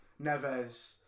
Neves